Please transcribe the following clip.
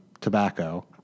tobacco